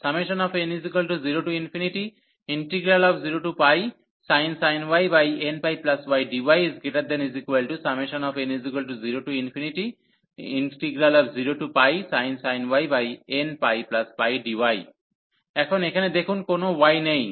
n00sin y nπydyn00sin y nππdy এখন এখানে দেখুন কোনও y নেই